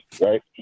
right